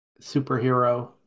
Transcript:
superhero